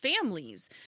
families